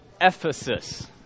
Ephesus